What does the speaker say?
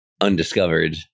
Undiscovered